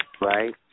right